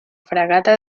fragata